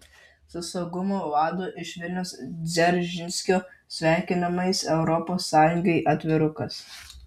su saugumo vado iš vilniaus dzeržinskio sveikinimais europos sąjungai atvirukas